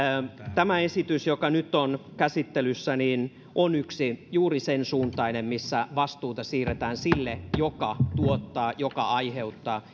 tämä esitys joka nyt on käsittelyssä on juuri sensuuntainen että vastuuta siirretään sille joka tuottaa joka aiheuttaa